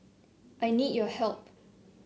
I need your help